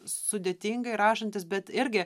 sudėtingai rašantis bet irgi